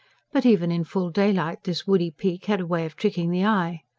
but even in full daylight this woody peak had a way of tricking the eye.